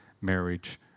marriage